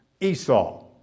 Esau